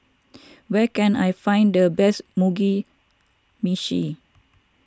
where can I find the best Mugi Meshi